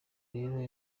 rero